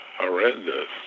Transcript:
horrendous